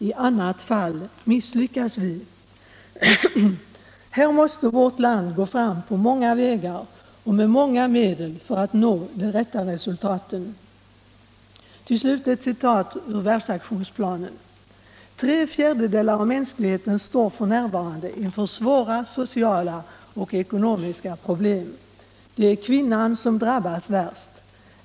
I annat fall misslyckas vi.” Här måste Sverige gå fram på många vägar och med många medel för att nå de rätta resultaten. Till slut ett citat ur världsaktionsplanen: ”Tre fjärdedelar av mänskligheten står f.n. inför svåra sociala och ekonomiska problem. Det är kvinnan som drabbas värst.